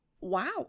wow